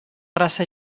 raça